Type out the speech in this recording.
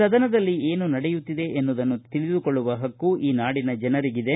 ಸದನದಲ್ಲಿ ಏನು ನಡೆಯುತ್ತಿದೆ ಎನ್ನುವದನ್ನು ತಿಳಿದುಕೊಳ್ಳುವ ಪಕ್ಕು ಈ ನಾಡಿನ ಜನರಿಗಿದೆ